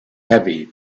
heavy